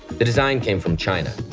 the design came from china.